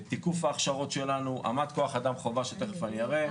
תיקוף ההכשרות שלנו, אמ"ט כוח אדם חובה שתכף אראה.